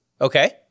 okay